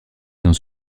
dans